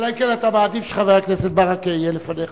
אלא אם כן אתה מעדיף שחבר הכנסת ברכה יהיה לפניך.